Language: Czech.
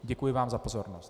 Děkuji vám za pozornost.